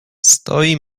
stoi